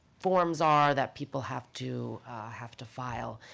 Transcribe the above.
forms are that people have to have to file.